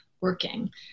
working